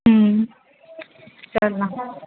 चला